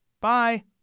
bye